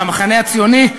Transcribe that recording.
המחנה הציוני,